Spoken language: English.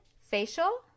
Facial